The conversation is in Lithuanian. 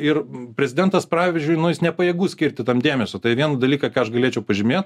ir prezidentas pavyzdžiui nu jis nepajėgus skirti tam dėmesio tai vieną dalyką ką aš galėčiau pažymėt